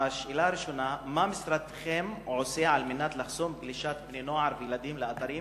1. מה משרדכם עושה על מנת לחסום גלישת בני-נוער וילדים לאתרים